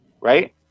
right